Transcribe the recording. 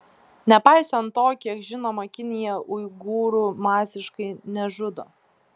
nepaisant to kiek žinoma kinija uigūrų masiškai nežudo